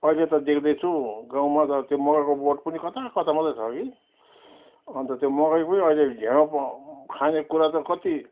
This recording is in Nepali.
अहिले त देख्दैछु गाउँमा त त्यो मकैको बोट पनि कता कता मात्रै छ कि अन्त त्यो मकैकै अहिले ढिँडो पकाई खाने कुरा त कति